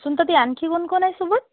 सुंतती आणखी कोण कोण आहे सोबत